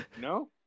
No